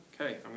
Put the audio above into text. Okay